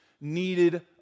needed